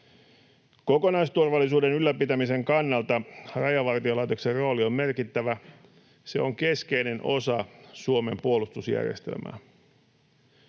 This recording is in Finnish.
Kokonaisturvallisuuden ylläpitämisen kannalta Rajavartiolaitoksen rooli on merkittävä. Se on keskeinen osa Suomen puolustusjärjestelmää.